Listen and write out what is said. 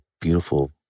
beautiful